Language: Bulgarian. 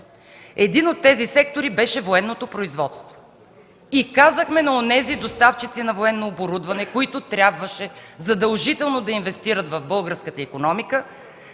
Един от тези сектори беше военното производство. И казахме на онези доставчици на военно оборудване, които трябваше задължително да инвестират в българската икономика,